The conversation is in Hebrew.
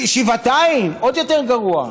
שבעתיים, עוד יותר גרוע.